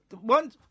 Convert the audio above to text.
One